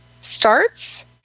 starts